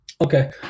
Okay